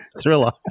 Thriller